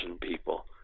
people